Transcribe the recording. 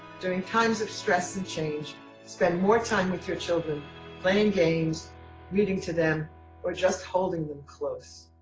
during times of stress and change spend more time with your children playing games reading to them or just holding them close.